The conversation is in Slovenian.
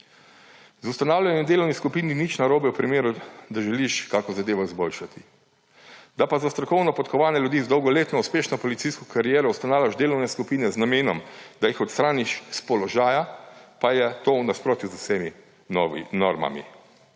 Z ustanavljanjem delovnih skupin ni nič narobe v primeru, da želiš kakšno zadevo izboljšati. Da pa za strokovno podkovane ljudi z dolgoletno uspešno policijsko kariero ustanavljaš delovne skupine z namenom, da jih odstraniš s položaja, pa je to v nasprotju z vsemi normami.